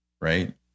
right